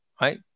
right